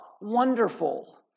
wonderful